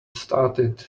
started